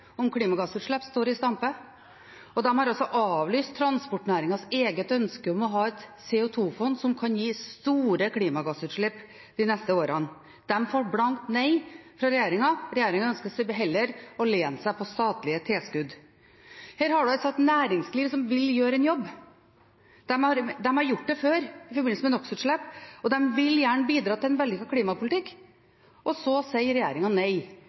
om klimagassutslipp står i stampe. De har også avlyst transportnæringens eget ønske om å ha et CO2-fond, noe som kan gi store klimagassutslipp de neste årene. De får et blankt nei fra regjeringen. Regjeringen ønsker heller å lene seg på statlige tilskudd. Her har en altså et næringsliv som vil gjøre en jobb. De har gjort det før, i forbindelse med NOx-utslipp, og de vil gjerne bidra til en vellykket klimapolitikk, og så sier regjeringen nei,